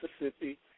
Mississippi